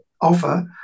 offer